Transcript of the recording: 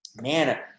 man